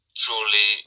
truly